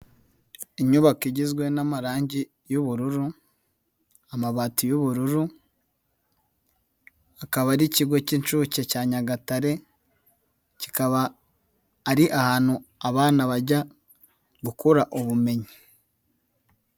Inyubako igizwe n'amarangi y'ubururu, amabati y'ubururu, akaba ari ikigo cy' incuke cya nyagatare, kikaba ari ahantu abana bajya gukura ubumenyi.